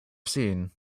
seen